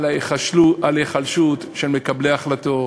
ההיחלשות של מקבלי החלטות,